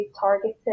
targeted